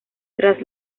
tras